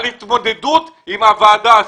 על התמודדות עם הוועדה הזאת.